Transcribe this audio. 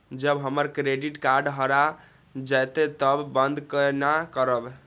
जब हमर credit card हरा जयते तब बंद केना करब?